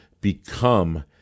become